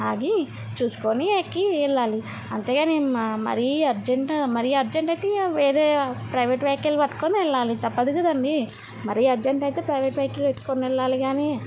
ఆగి చూసుకొని ఎక్కి ఎళ్ళాలి అంతేగానీ మరీ అర్జెంటు మరీ అర్జెంట్ అయితే వేరే ప్రైవేట్ వెహికిల్ పట్టుకొని వెళ్ళాలి తప్పదు కదా అండీ మరీ అర్జెంట్ అయితే ప్రైవేట్ వెహికిల్ పట్టుకొని వెళ్ళాలి గానీ